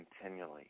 continually